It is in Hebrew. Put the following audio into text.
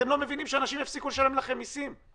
אתם לא מבינים שאנשים יפסיקו לשלם לכם מסים,